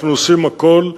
אנחנו עושים הכול.